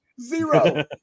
Zero